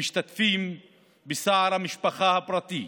אנו משתתפים בצער המשפחה הפרטי,